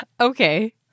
Okay